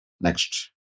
Next